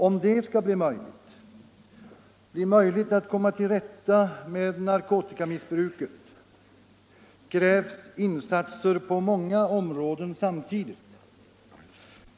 Om det skall bli möjligt att komma till rätta med narkotikamissbruket, krävs insatser på många områden samtidigt.